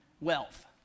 wealth